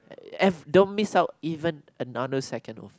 F don't miss out even another second of